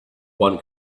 one